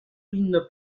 lindo